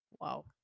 Wow